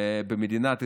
במדינת ישראל.